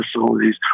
facilities